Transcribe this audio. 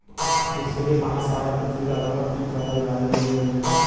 विश्व के महासागर पृथ्वी का लगभग तीन चौथाई भाग घेरे हुए हैं